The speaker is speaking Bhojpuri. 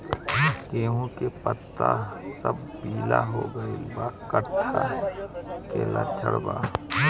गेहूं के पता सब पीला हो गइल बा कट्ठा के लक्षण बा?